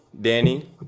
Danny